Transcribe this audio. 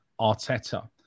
Arteta